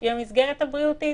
שהיא מסגרת בריאותית,